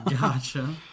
gotcha